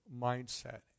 mindset